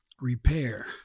repair